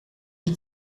sie